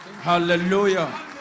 Hallelujah